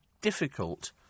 difficult